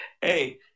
Hey